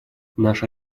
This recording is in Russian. наша